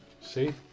See